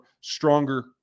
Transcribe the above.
stronger